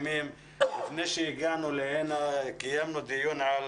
לפני שהגענו לכאן קיימנו דיון קיימנו דיון